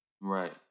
Right